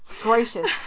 gracious